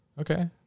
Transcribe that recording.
Okay